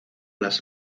las